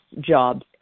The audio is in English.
jobs